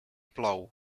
plou